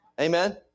Amen